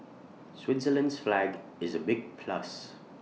Switzerland's flag is A big plus